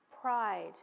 pride